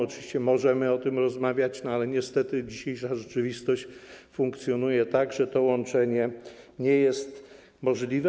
Oczywiście możemy o tym rozmawiać, ale niestety dzisiejsza rzeczywistość funkcjonuje tak, że to łączenie nie jest możliwe.